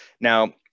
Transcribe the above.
Now